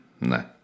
no